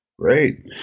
Great